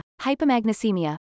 hypomagnesemia